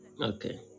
Okay